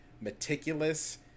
meticulous